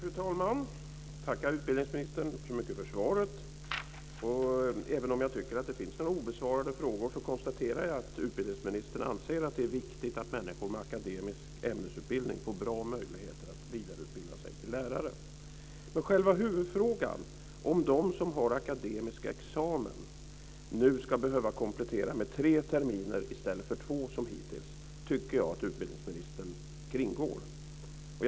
Fru talman! Jag tackar utbildningsministern så mycket för svaret. Även om jag tycker att det finns några obesvarade frågor konstaterar jag att utbildningsministern anser att det är viktigt att människor med akademisk ämnesutbildning får bra möjligheter att vidareutbilda sig till lärare. Men själva huvudfrågan - om de som har akademisk examen nu ska behöva komplettera med tre terminer i stället för två som hittills - tycker jag att utbildningsministern kringgår.